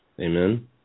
Amen